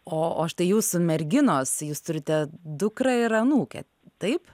o o štai jūsų merginos jūs turite dukrą ir anūkę taip